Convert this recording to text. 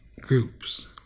groups